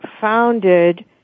founded